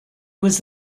was